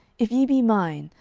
if ye be mine,